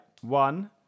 one